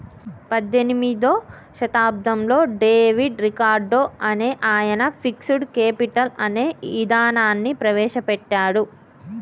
పద్దెనిమిదో శతాబ్దంలో David Ricardo అనే ఆయన ఫిక్స్డ్ కేపిటల్ అనే ఇదానాన్ని ప్రవేశ పెట్టాడు